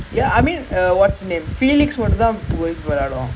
I mean like nowadays I don't mind playing keeper lah to be honest I don't why